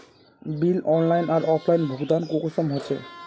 Bill online आर offline भुगतान कुंसम होचे?